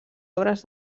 obres